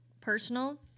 personal